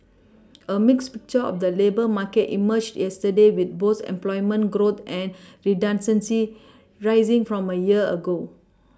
a mixed picture of the labour market emerged yesterday with both employment growth and redundancies rising from a year ago